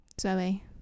Zoe